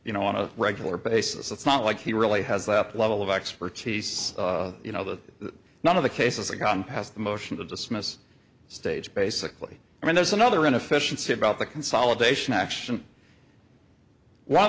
you know on a regular basis it's not like he really has the upper level of expertise you know that none of the cases a con has the motion to dismiss stage basically i mean there's another inefficiency about the consolidation action while